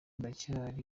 ndacyari